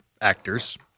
actors